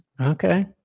Okay